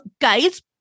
Guys